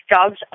Dogs